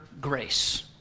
grace